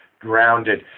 grounded